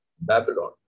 Babylon